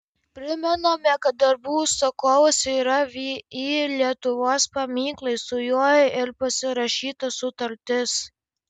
primename kad darbų užsakovas yra vį lietuvos paminklai su juo ir pasirašyta sutartis